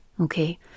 Okay